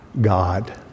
God